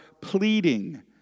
pleading